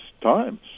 times